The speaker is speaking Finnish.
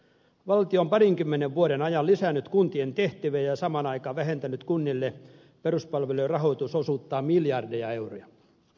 valtio on parinkymmenen vuoden ajan lisännyt kuntien tehtäviä ja samaan aikaan vähentänyt kuntien peruspalvelujen rahoitusosuutta miljardeja euroja